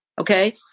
Okay